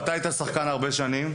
אתה היית שחקן טוב הרבה שנים,